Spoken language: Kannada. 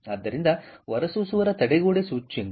ಆದ್ದರಿಂದ ಹೊರಸೂಸುವವರ ತಡೆಗೋಡೆ ಸೂಚ್ಯಂಕ